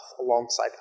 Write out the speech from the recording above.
alongside